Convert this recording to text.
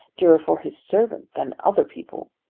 dearer for his servant than other people.